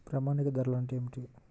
ప్రామాణిక ధరలు అంటే ఏమిటీ?